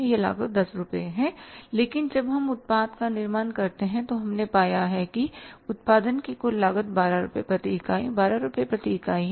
यह लागत 10 रुपये है लेकिन जब हम उत्पाद का निर्माण करते हैं तो हमने पाया है कि उत्पादन की कुल लागत 12 रुपये प्रति इकाई 12 रुपये प्रति इकाई है